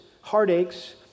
heartaches